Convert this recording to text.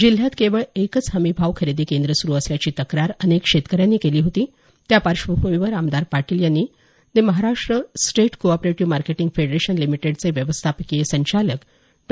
जिल्ह्यात केवळ एकच हमीभाव खरेदी केंद्र सुरु असल्याची तक्रार अनेक शेतकऱ्यांनी केली होती त्या पार्श्वभूमीवर आमदार पाटील यांनी the Maharashtra state cooperative marketing federation लिमिटेडचे व्यवस्थापकीय संचालक डॉ